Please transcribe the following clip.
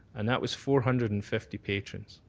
and that was four hundred and fifty patrons.